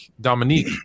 Dominique